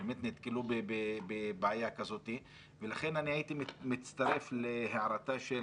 שבאמת נתקלו בבעיה כזאת ולכן אני הייתי מצטרף להערתה של